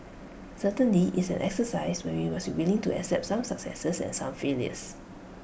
certainly it's an exercise where we must be willing to accept some successes and some failures